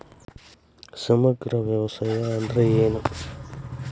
ಸಮಗ್ರ ವ್ಯವಸಾಯ ಅಂದ್ರ ಏನು?